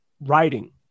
writing